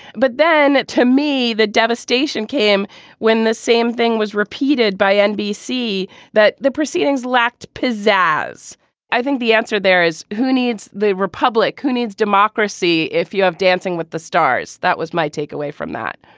but then to me the devastation came when the same thing was repeated by nbc that the proceedings lacked pizzazz i think the answer there is who needs the republic who needs democracy. if you have dancing with the stars. that was my take away from that.